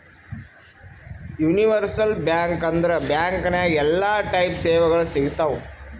universal bank ಅಂದುರ್ bank ನಾಗ್ ಎಲ್ಲಾ ಟೈಪ್ ಸೇವೆಗೊಳ್ ಸಿಗ್ತಾವ್